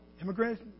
immigrants